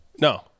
No